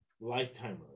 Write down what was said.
lifetime